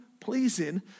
Pleasing